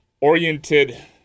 oriented